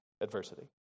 adversity